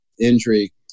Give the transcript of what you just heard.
injury